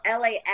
LAX